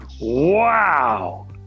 Wow